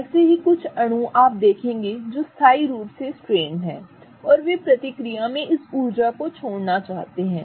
ऐसे ही कुछ अणु आप देखेंगे जो स्थायी रूप से स्ट्रेनड हैं और वे प्रतिक्रिया में इस ऊर्जा को छोड़ना चाहते हैं